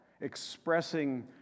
expressing